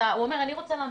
הוא אומר אני רוצה להמשיך,